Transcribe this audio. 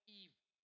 evil